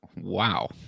Wow